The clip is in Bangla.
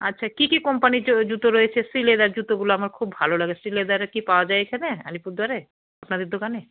আচ্ছা কি কি কোম্পানির জুতো রয়েছে শ্রিলেদার জুতোগুলো আমার খুব ভালো লাগে শ্রিলেদারে কি পাওয়া যায় এখানে আলিপুরদুয়ারে আপনাদের দোকানে